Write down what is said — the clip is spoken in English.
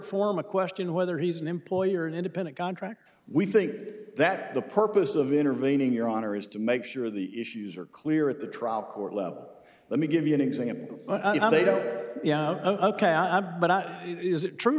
form a question whether he's an employer or an independent contractor we think that the purpose of intervening your honor is to make sure the issues are clear at the trial court level let me give you an example of how they go ok i but not yet is it true or